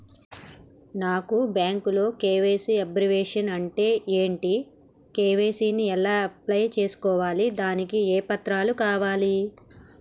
నాకు బ్యాంకులో KYC abbreviation అంటే ఏంటి కే.వై.సీ ని ఎలా అప్లై చేసుకోవాలి దానికి ఏ పత్రాలు కావాలి?